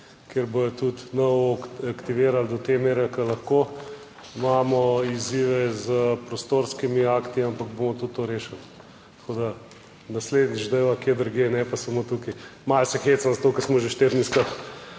kjer bodo tudi novo aktivirali do te mere, da lahko imamo izzive s prostorskimi akti, ampak bomo tudi to rešili. Tako da naslednjič dajva kje drugje, ne pa samo tukaj. Malo se hecam, zato ker smo že štirni.